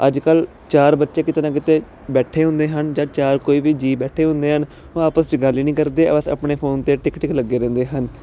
ਅੱਜ ਕੱਲ ਚਾਰ ਬੱਚੇ ਕਿਤੇ ਨਾ ਕਿਤੇ ਬੈਠੇ ਹੁੰਦੇ ਹਨ ਜਾਂ ਚਾਰ ਕੋਈ ਵੀ ਜੀਅ ਬੈਠੇ ਹੁੰਦੇ ਹਨ ਉਹ ਆਪਸ ਚ ਗੱਲ ਹੀ ਨਹੀਂ ਕਰਦੇ ਬਸ ਆਪਣੇ ਫੋਨ ਤੇ ਟਿਕ ਟਿਕ ਲੱਗੇ ਰਹਿੰਦੇ ਹਨ